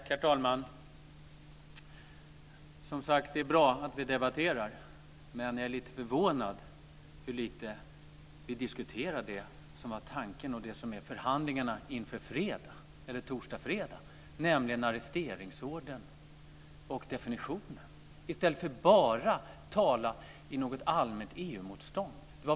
Herr talman! Det är bra att vi debatterar. Men jag är lite förvånad över hur lite vi diskuterar det som var tanken inför förhandlingarna på torsdag och fredag, nämligen arresteringsordern och definitionen. I stället talar man bara om något allmänt EU-motstånd.